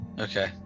Okay